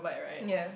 ya